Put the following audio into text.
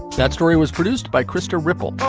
that story was produced by krista repl.